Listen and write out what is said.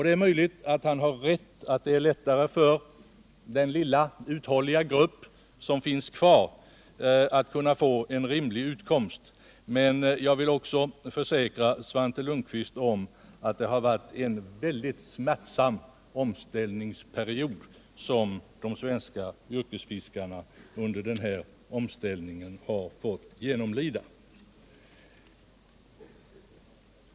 Det är möjligt att det nu är lättare för den lilla uthålliga grupp som finns kvar att erhålla en rimlig utkomst, men jag kan försäkra Svante Lundkvist att det har varit en synnerligen smärtsam omställningsperiod som de svenska yrkesfiskarna har fått genomlida.